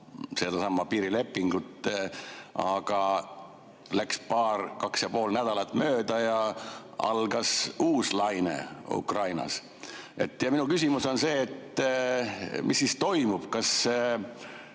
sedasama piirilepingut, läks kaks ja pool nädalat mööda ja algas uus laine Ukrainas. Minu küsimus on, et mis siis toimub. Kas